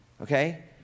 okay